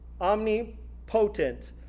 Omnipotent